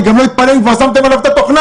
אני לא אתפלא אם שמתם עליו את התוכנה.